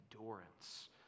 endurance